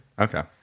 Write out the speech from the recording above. Okay